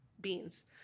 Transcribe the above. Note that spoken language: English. beans